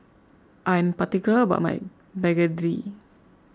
I'm particular about my Begedil